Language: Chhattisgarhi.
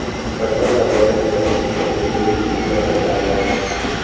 फसल ला वजन करे के घरेलू विधि ला बतावव?